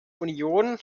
union